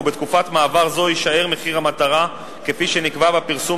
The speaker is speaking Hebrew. ובתקופת מעבר זו יישאר מחיר המטרה כפי שנקבע בפרסום